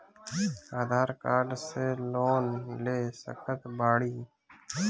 आधार card से loan ले सकत बणी?